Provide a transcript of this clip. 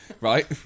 Right